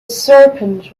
serpent